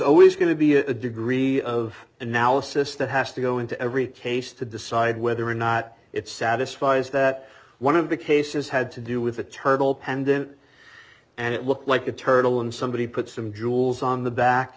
always going to be a degree of analysis that has to go into every case to decide whether or not it satisfies that one of the cases had to do with a turtle pendant and it looked like a turtle and somebody put some jewels on the back